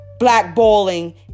blackballing